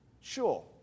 Sure